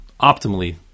optimally